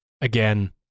Again